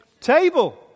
Table